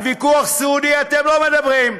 על ביטוח סיעודי אתם לא מדברים,